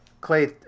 Clay